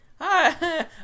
hi